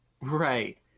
Right